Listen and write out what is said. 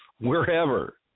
wherever